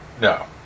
No